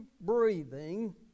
breathing